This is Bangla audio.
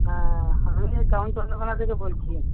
হ্যাঁ আমি টাউন চন্দ্রকোণা থেকে বলছি